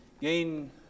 gain